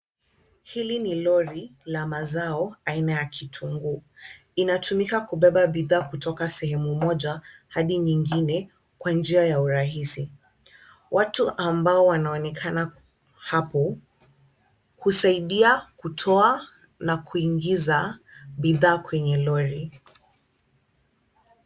Hili ni lori la mazao aina ya kitunguu. Inatumika kubebabidhaa kutoka sehemu moja hadi nyingine kwa njia ya urahisi. Watu ambao wanaonekana hapo husaidia kutoa na kuingiza bidhaa kwenye lori.